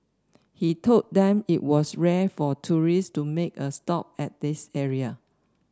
he told them it was rare for tourists to make a stop at this area